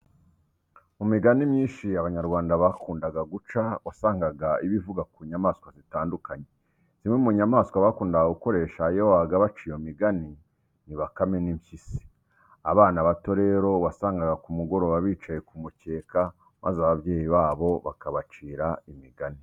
Mu migani myinshi Abanyarwanda bakundaga guca wasangaga iba ivuga ku nyamaswa zitandukanye. Zimwe mu nyamaswa bakundaga gukoresha iyo babaga baca iyo migani ni bakame n'impyisi. Abana bato rero wasangaga ku mugoroba bicaye ku mukeka maze ababyeyi babo bakabacira imigani.